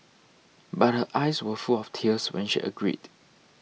but her eyes were full of tears when she agreed